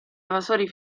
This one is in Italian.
evasori